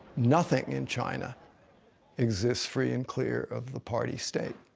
nothing in china exists free and clear of the party-state.